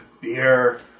beer